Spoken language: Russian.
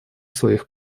своих